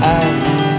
eyes